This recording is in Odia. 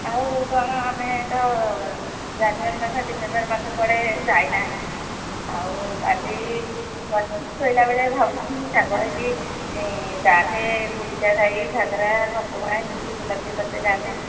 ଆଉ କ'ଣ ଆମେ ତ ଜାନୁୟାରୀ ମାସ ଡିସେମ୍ବର ମାସ କୁଆଡ଼େ ଯାଇନାହାଁନ୍ତି ଆଉ କାଲି ବସି ଶୋଇଲାବେଳେ ଭାବୁଥିଲି ସାଙ୍ଗ ହେଇକି ଯାଆନ୍ତେ ଗୁଣ୍ଡିଚାଘାଇ ଘାଗରା ଘଟଗାଁ ଏମିତି ଟିକିଏ ବୁଲା ବୁଲି କରିତେ ଯାଆନ୍ତେ